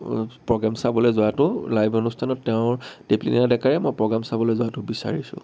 programme চাবলে যোৱাটো live অনুষ্ঠানত তেওঁৰ দীপলিনা ডেকাৰে মই প্ৰগ্ৰেম চাবলে যোৱাটো বিচাৰিছো